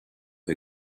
who